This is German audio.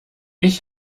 ich